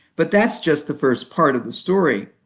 but that's just the first part of the story.